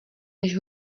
než